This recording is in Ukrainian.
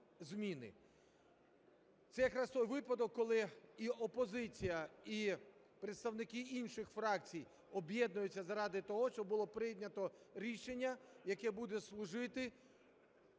Це якраз той випадок, коли і опозиція, і представники інших фракцій об'єднуються заради того, щоб було прийнято рішення, яке буде служити